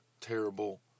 terrible